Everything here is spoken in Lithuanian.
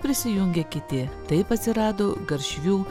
prisijungė kiti taip atsirado garšvių